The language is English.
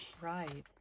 right